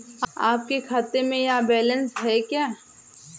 आपके खाते में यह बैलेंस है क्या?